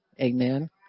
amen